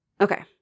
Okay